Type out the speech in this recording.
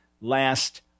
last